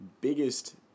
biggest